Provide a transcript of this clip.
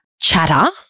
chatter